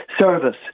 service